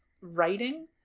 writing